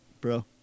bro